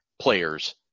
players